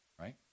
right